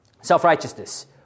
Self-righteousness